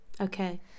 Okay